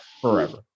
Forever